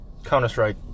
Counter-Strike